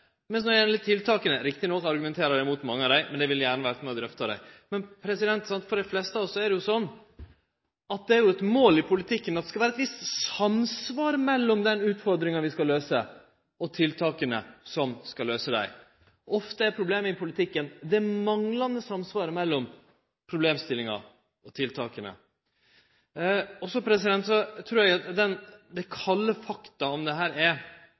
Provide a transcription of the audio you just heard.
Men når det gjeld tiltaka – rett nok argumenterer dei imot mange av dei – vil dei gjerne vere med på å drøfte dei. Men for dei fleste av oss er det eit mål i politikken at det skal vere eit visst samsvar mellom dei utfordringane vi skal løyse, og tiltaka som skal løyse dei. Ofte er problemet i politikken det manglande samsvaret mellom problemstillingar og tiltak. Eg trur at dei kalde fakta om dette er: Det